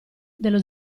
dello